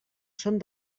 són